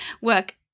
work